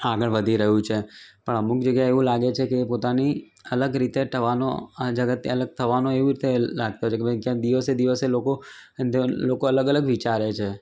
આગળ વધી રહ્યું છે પણ અમુક જગ્યાએ એવું લાગે છે કે એ પોતાની અલગ રીતે થવાનો જગતથી અલગ થવાનો એવી રીતે લાગતો છે કે ભાઈ દિવસે દિવસે લોકો લોકો લોકો અલગ અલગ વિચારે છે